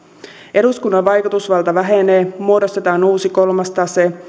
eduskunnan vaikutusvalta vähenee muodostetaan uusi kolmas tase